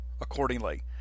accordingly